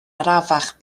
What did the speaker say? arafach